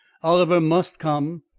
oliver must come,